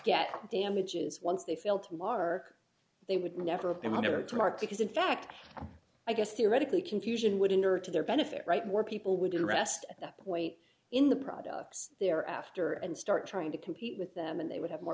get damages once they fail to mark they would never appear whatever to mark because in fact i guess theoretically confusion wouldn't or to their benefit right more people would rest at that point in the products they're after and start trying to compete with them and they would have more